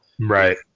Right